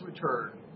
return